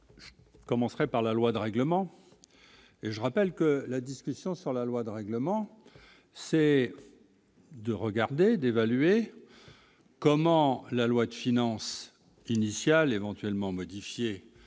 Commencerait par la loi de règlement et je rappelle que la discussion sur la loi de règlement, c'est de regarder d'évaluer comment la loi de finances initiale éventuellement modifiées